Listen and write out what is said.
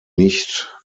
nicht